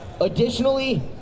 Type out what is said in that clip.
Additionally